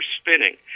spinning